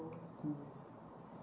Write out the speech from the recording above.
cool